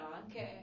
anche